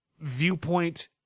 viewpoint